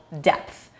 depth